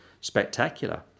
spectacular